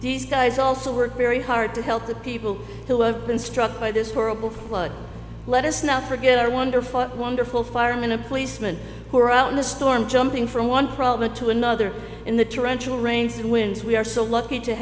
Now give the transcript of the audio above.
these guys also work very hard to help the people who have been struck by this horrible flood let us not forget our wonderful wonderful firemen a policeman who are out in the storm jumping from one problem to another in the drenching rains and winds we are so lucky to